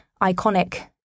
iconic